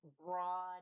broad